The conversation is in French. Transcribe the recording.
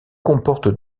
comporte